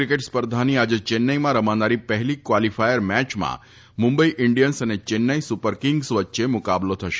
cricket સ્પર્ધાની આજે ચેન્નઇમાં રમાનારી પહેલી કવાલીફાયર મેચમાં મુંબઇ ઇન્ડીયન્સ અને ચેન્નાઇ સુપર કિંગ્સ વચ્ચે મુકાબલો થશે